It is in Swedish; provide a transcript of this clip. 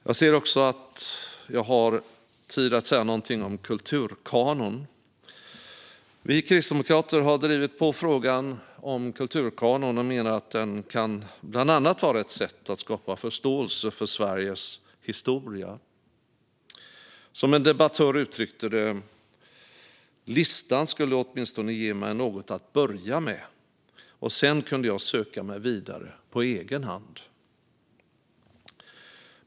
Jag ska också säga någonting om en kulturkanon. Vi kristdemokrater har drivit på frågan om en kulturkanon och menar att den bland annat kan vara ett sätt att skapa förståelse för Sveriges historia. En debattör uttryckte det på följande sätt: Listan skulle åtminstone ge mig något att börja med, och sedan kunde jag söka mig vidare på egen hand.